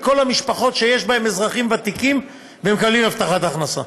לכל המשפחות שיש בהן אזרחים ותיקים ומקבלות הבטחת הכנסה.